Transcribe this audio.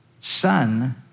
son